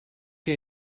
que